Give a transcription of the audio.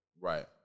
Right